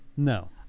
No